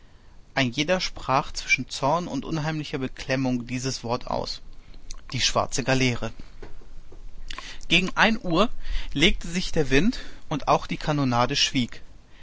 ein jeder sprach zwischen zorn und unheimlicher beklemmung dieses wort aus die schwarze galeere gegen ein uhr legte sich der wind und auch die kanonade schwieg